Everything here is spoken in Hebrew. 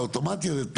האוטומטי הזה,